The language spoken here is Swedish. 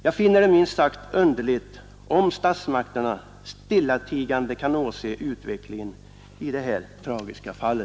Jag finner det minst sagt underligt om statsmakterna stillatigande kan åse utvecklingen i detta tragiska fall.